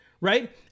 right